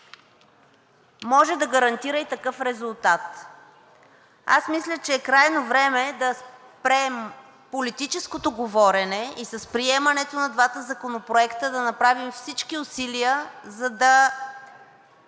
Може да гарантира и такъв резултат. Аз мисля, че е крайно време да спрем политическото говорене, и с приемането на двата законопроекта да направим всички усилия, за да